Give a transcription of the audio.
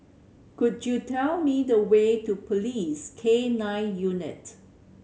could you tell me the way to Police K Nine Unit